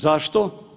Zašto?